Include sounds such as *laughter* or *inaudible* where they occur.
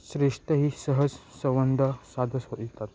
श्रेष्ठही सहज संवाद *unintelligible*